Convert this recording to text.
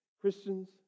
Christians